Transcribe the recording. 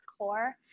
core